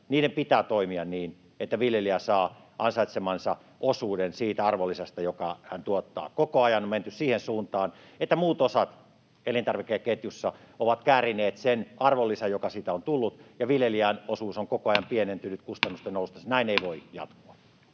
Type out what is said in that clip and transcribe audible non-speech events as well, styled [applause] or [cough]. markkinoiden pitää toimia niin, että viljelijä saa ansaitsemansa osuuden siitä arvonlisästä, jonka hän tuottaa. Koko ajan on menty siihen suuntaan, että muut osat elintarvikeketjussa ovat käärineet sen arvonlisän, joka siitä on tullut, ja viljelijän osuus on koko ajan pienentynyt [noise] kustannusten noustessa. Näin ei voi jatkua.